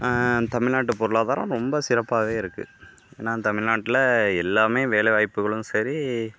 தமிழ்நாட்டு பொருளாதாரம் ரொம்ப சிறப்பாகவே இருக்குது இன்னும் தமிழ்நாட்டில் எல்லாமே வேலைவாய்ப்புகளும் சரி